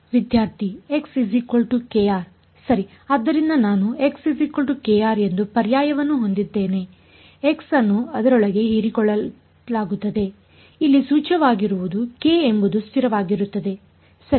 ಆದ್ದರಿಂದ ನಾನು ಎಂದು ಪರ್ಯಾಯವನ್ನು ಹೊಂದಿದ್ದೇನೆ x ಅನ್ನು ಅದರೊಳಗೆ ಹೀರಿಕೊಳ್ಳಲಾಗುತ್ತದೆ ಇಲ್ಲಿ ಸೂಚ್ಯವಾಗಿರುವುದು k ಎಂಬುದು ಸ್ಥಿರವಾಗಿರುತ್ತದೆ ಸರಿ